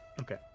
Okay